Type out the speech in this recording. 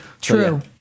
True